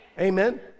Amen